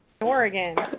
Oregon